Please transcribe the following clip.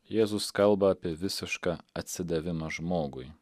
jėzus kalba apie visišką atsidavimą žmogui